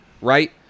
right